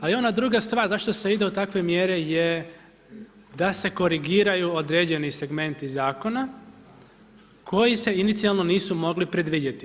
Ali ona druga stvar zašto se ide u takve mjere je da se korigiraju određeni segmenti zakona koji se inicijalno nisu mogli predvidjeti.